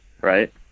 right